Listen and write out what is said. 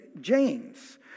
James